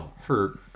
hurt